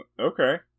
Okay